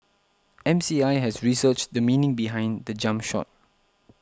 M C I has researched the meaning behind the jump shot